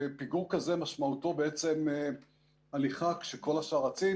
ופיגור כזה משמעותו בעצם הליכה כשכל השאר רצים.